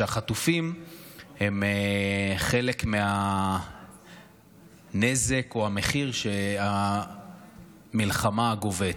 שהחטופים הם חלק מהנזק או המחיר שהמלחמה גובה.